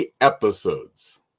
episodes